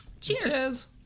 Cheers